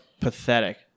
pathetic